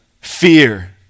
Fear